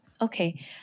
Okay